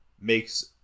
makes